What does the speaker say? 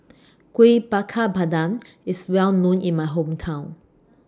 Kuih Bakar Pandan IS Well known in My Hometown